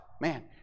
man